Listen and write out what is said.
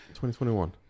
2021